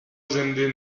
زنده